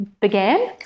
began